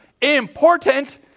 Important